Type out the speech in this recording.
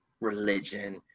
religion